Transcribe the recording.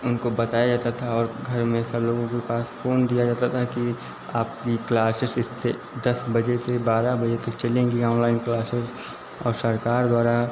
उनको बताया जाता था और घर में सब लोगों के पास फोन दिया जाता था कि आपकी क्लासेस इससे दस बजे से बारह बजे तक चलेंगी ऑनलाइन क्लासेस और सरकार द्वारा